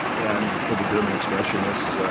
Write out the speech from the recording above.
and for the german expressionist,